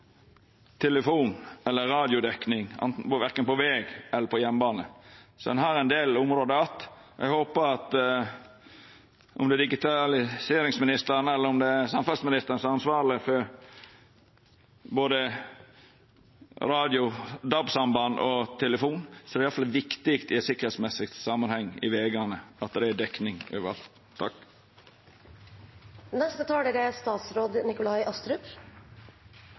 telefon- eller radiodekning, verken på veg eller på jernbane. Så ein har ein del område att. Om det er digitaliseringsministeren eller om det er samferdselsministeren som er ansvarleg for både radio-/DAB-samband og telefon, er det iallfall viktig i ein sikkerheits samanheng at det er dekning overalt